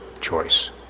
choice